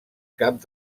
cap